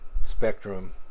Spectrum